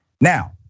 Now